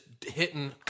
hitting